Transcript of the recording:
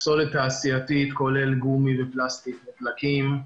פסולת תעשייתית כולל גומי ופלסטיק ודלקים,